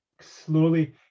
slowly